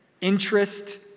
interest